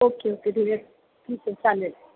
okay okay ठीक आहे ठीक आहे चालेल